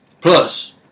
Plus